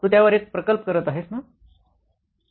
तू त्यावर एक प्रकल्प करत आहेस